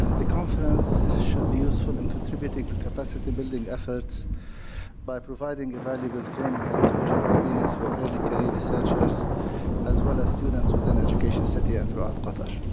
the conference should be useful in contributing to capacity-building efforts by providing a valuable training and exposure experience for early career researchers as well as students within education city and ah throughout qatar.